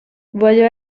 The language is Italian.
voglio